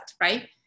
Right